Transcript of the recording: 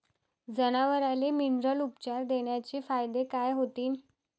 जनावराले मिनरल उपचार देण्याचे फायदे काय होतीन?